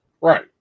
Right